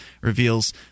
reveals